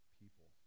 people